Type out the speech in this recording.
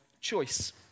choice